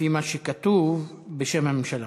לפי מה שכתוב, בשם הממשלה,